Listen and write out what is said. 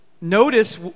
Notice